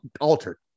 altered